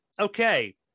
Okay